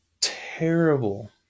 terrible